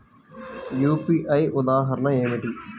UPI ఉదాహరణ ఏమిటి?